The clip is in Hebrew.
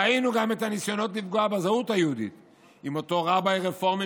ראינו גם את הניסיונות לפגוע בזהות היהודית עם אותו רביי רפורמי